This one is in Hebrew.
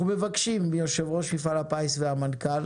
אנחנו מבקשים מיושב-ראש מפעל הפיס והמנכ"ל